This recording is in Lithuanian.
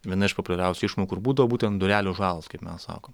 viena iš populiariausių išmokų ir būdavo būtent durelių žalos kaip mes sakom